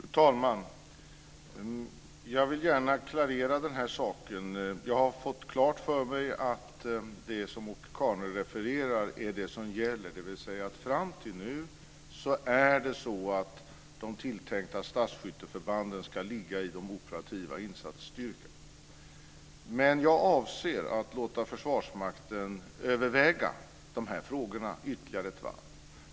Fru talman! Jag vill gärna klarera den här saken. Jag har fått klart för mig att det som Åke Carnerö refererar är det som gäller, dvs. fram till nu ska de tilltänkta stadsskytteförbanden ska ligga i de operativa insatsstyrkorna. Jag avser dock att låta Försvarsmakten överväga de här frågorna ytterligare ett varv.